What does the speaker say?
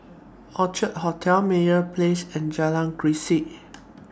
Orchard Hotel Meyer Place and Jalan Grisek